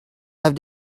have